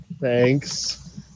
thanks